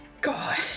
God